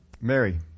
Mary